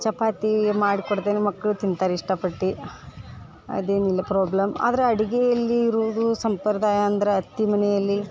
ಚಪಾತಿ ಮಾಡ್ಕೊಡ್ತೇನೆ ಮಕ್ಳು ತಿಂತಾರೆ ಇಷ್ಟಪಟ್ಟು ಅದೇನು ಇಲ್ಲ ಪ್ರಾಬ್ಲಮ್ ಆದರೆ ಅಡುಗೆಯಲ್ಲಿ ಇರೋದು ಸಂಪ್ರದಾಯ ಅಂದ್ರೆ ಅತ್ತೆ ಮನೆಯಲ್ಲಿ